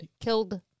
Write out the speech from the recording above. Killed